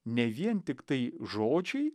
ne vien tiktai žodžiai